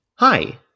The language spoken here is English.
Hi